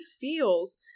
feels